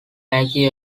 maggie